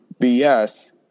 BS